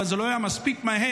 אבל זה לא היה מספיק מהר,